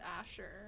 Asher